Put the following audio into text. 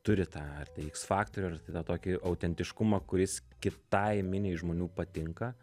turi tą ar tai iks faktorių ir tą tokį autentiškumą kuris kitai miniai žmonių patinka